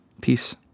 Peace